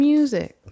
Music